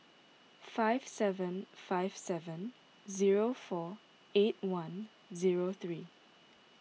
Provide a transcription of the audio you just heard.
five seven five seven zero four eight one zero three